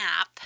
app